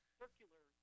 circular